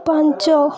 ପାଞ୍ଚ